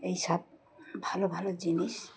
এইসব ভালো ভালো জিনিস